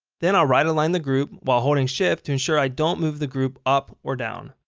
then i'll right align the group, while holding shift to ensure i don't move the group up or down.